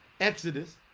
Exodus